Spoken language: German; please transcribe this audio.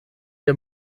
der